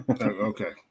Okay